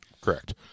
Correct